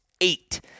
eight